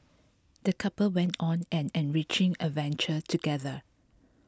the couple went on an enriching adventure together